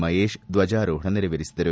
ಮಹೇಶ್ ಧ್ವಜಾರೋಹಣ ನೆರವೇರಿಸಿದರು